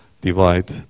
divide